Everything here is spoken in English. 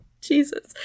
Jesus